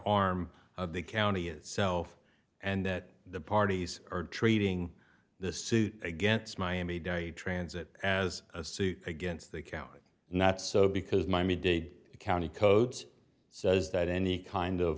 arm of the county itself and that the parties are treating the suit against miami dade transit as a suit against the county and that's so because my me dade county codes says that any kind